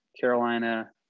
Carolina